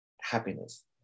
Happiness